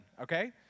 okay